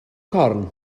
corn